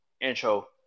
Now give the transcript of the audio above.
Intro